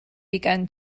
begun